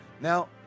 Now